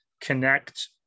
connect